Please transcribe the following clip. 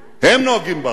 הם נוהגים באחריות.